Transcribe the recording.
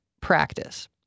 practice